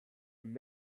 and